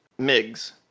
MiGs